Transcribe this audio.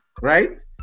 right